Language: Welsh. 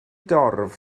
dorf